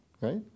right